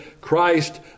Christ